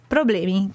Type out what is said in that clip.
Problemi